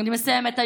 אני מסיימת.